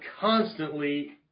constantly